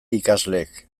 ikasleek